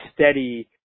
steady